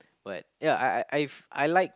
but ya I I I've I like